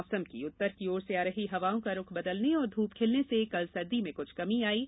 मौसम उत्तर की ओर से आ रही हवाओं का रूख बदलने और धूप खिलने से कल सर्दी में कमी आई है